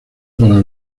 para